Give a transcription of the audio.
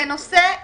כנושא כן.